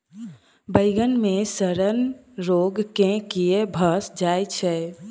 बइगन मे सड़न रोग केँ कीए भऽ जाय छै?